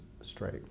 straight